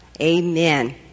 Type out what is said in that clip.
Amen